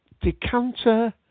Decanter